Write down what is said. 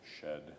shed